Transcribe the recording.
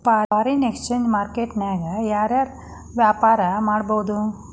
Foreign exchange market ನ್ಯಾಗ ಯಾರ್ ಯಾರ್ ವ್ಯಾಪಾರಾ ಮಾಡ್ಬೊದು?